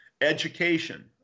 Education